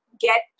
get